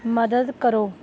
ਮਦਦ ਕਰੋ